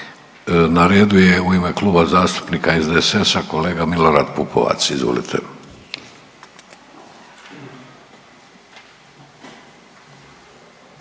Na redu je u ime Kluba zastupnika SDSS-a kolega Milorad Pupovac, izvolite.